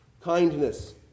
kindness